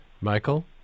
Michael